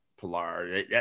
Pilar